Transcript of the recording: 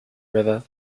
river